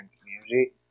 community